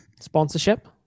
Sponsorship